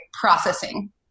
processing